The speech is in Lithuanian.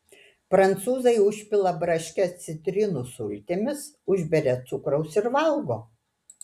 prancūzai užpila braškes citrinų sultimis užberia cukraus ir valgo